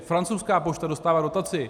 Francouzská pošta dostává dotaci.